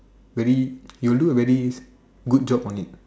very you will do a very good job on it